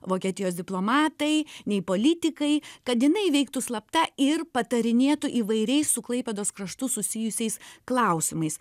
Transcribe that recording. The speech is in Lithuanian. vokietijos diplomatai nei politikai kad jinai veiktų slapta ir patarinėtų įvairiais su klaipėdos kraštu susijusiais klausimais